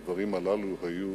הדברים הללו היו